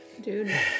Dude